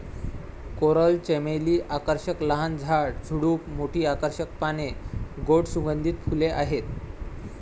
coral चमेली आकर्षक लहान झाड, झुडूप, मोठी आकर्षक पाने, गोड सुगंधित फुले आहेत